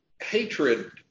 hatred